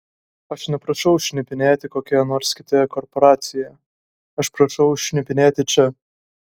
aš neprašau šnipinėti kokioje nors kitoje korporacijoje aš prašau šnipinėti čia